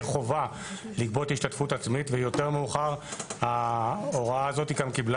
חובה לגבות השתתפות עצמית ויותר מאוחר ההוראה הזאת גם קיבלה